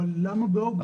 אבל למה באוגוסט?